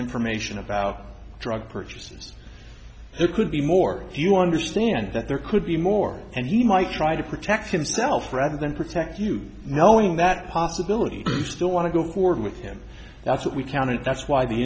information about drug purchases it could be more if you understand that there could be more and he might try to protect himself rather than protect you knowing that possibility you still want to go forward with him that's what we counted that's why the